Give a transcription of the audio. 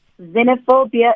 Xenophobia